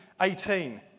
18